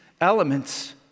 elements